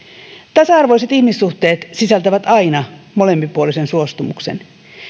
tasa arvoiset ihmissuhteet sisältävät aina molemminpuolisen suostumuksen